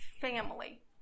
family